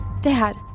Dad